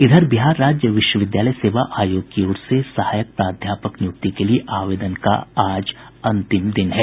इधर बिहार राज्य विश्वविद्यालय सेवा आयोग की ओर से सहायक प्राध्यापक नियुक्ति के लिए आवेदन की आज अंतिम तिथि है